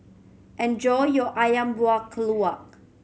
enjoy your Ayam Buah Keluak